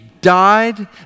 died